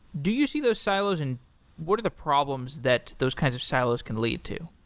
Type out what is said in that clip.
do you see those silos, and what are the problems that those kinds of silos can lead to?